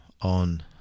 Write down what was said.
on